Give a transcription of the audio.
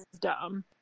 dumb